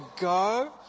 go